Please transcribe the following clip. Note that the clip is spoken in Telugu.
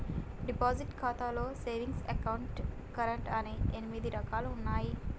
డిపాజిట్ ఖాతాలో సేవింగ్స్ కరెంట్ అని ఎనిమిది రకాలుగా ఉన్నయి